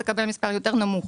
תקבל מספר יותר נמוך.